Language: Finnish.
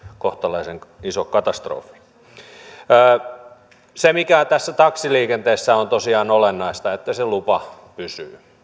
kohtalaisen iso katastrofi tässä taksiliikenteessä on tosiaan olennaista se että se lupa pysyy